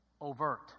overt